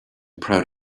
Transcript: proud